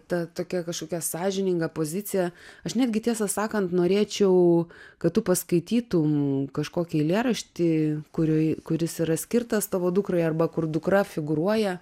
ta tokia kažkokia sąžininga pozicija aš netgi tiesą sakant norėčiau kad tu paskaitytum kažkokį eilėraštį kurioj kuris yra skirtas tavo dukrai arba kur dukra figūruoja